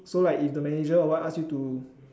so like if the manager or what ask you to